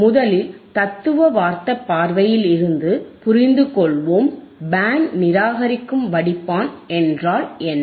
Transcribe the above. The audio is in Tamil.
முதலில் தத்துவார்த்த பார்வையில் இருந்து புரிந்துகொள்வோம் பேண்ட் நிராகரிக்கும் வடிப்பான் என்றால் என்ன